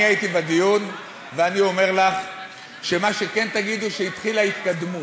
אני הייתי בדיון ואני אומר לך שמה שכן תגידו זה שהתחילה התקדמות,